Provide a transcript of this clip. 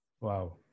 wow